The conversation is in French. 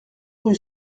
rue